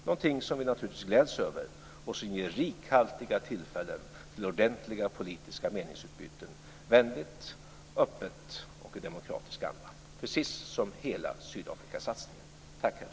Det är naturligtvis någonting som vi gläds över, och det ger rikhaltiga tillfällen till ordentliga politiska meningsutbyten, vänligt, öppet och i demokratisk anda, precis som hela Sydafrikasatsningen.